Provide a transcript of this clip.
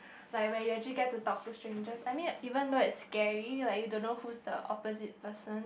like where you actually get to talk to strangers I mean even though it's scary like you don't know who's the opposite person